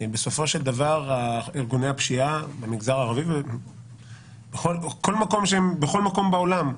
בסופו של דבר ארגוני הפשיעה במגזר הערבי ובכל מקום בעולם,